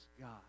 God